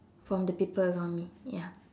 from the people around me ya